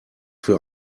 für